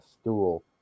stool